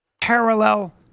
parallel